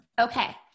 Okay